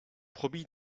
promis